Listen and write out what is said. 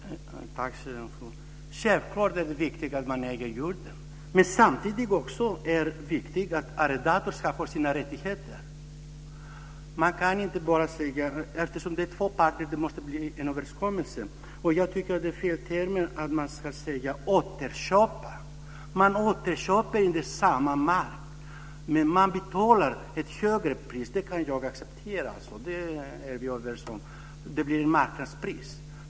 Fru talman! Självklart är det viktigt att man äger jorden, men samtidigt är det viktigt att arrendatorn har sina rättigheter. Eftersom det är två parter måste det bli en överenskommelse. Jag tycker att man använder fel term när man säger återköpa. Man återköper inte samma mark. Men man betalar ett högre pris. Det kan jag acceptera. Det är vi överens om. Det blir ett marknadspris.